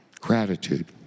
Gratitude